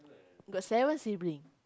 got seven sibling